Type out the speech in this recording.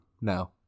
No